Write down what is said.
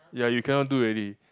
ya you cannot do already